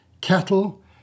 cattle